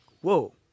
whoa